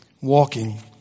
walking